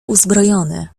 uzbrojony